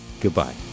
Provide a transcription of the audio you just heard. goodbye